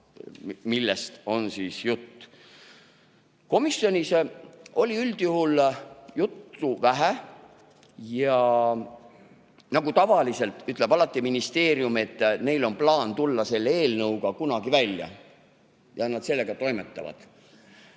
millest on jutt. Komisjonis oli üldjuhul juttu vähe. Nagu tavaliselt, ütleb ministeerium alati, et neil on plaan tulla selle eelnõuga kunagi välja ja nad sellega toimetavad.